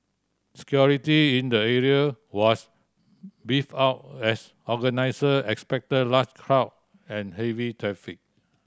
security in the area was beefed up as organiser expected large crowd and heavy traffic